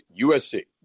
USC